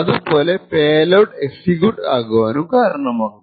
ഇത് പോലെ payload execute ആകുവാനും കാരണമാകുന്നു